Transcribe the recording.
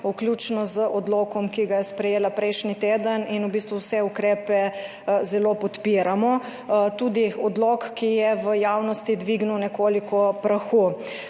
vključno z odlokom, ki ga je sprejela prejšnji teden in v bistvu vse ukrepe zelo podpiramo, tudi odlok, ki je v javnosti dvignil nekoliko prahu.